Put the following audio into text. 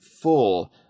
full